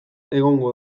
egongo